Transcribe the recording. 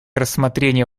рассмотрения